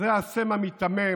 זה השה המיתמם.